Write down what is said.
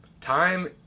Time